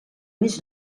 més